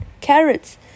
carrots